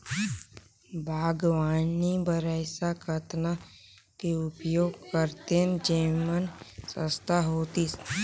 बागवानी बर ऐसा कतना के उपयोग करतेन जेमन सस्ता होतीस?